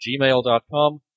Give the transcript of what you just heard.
gmail.com